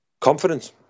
Confidence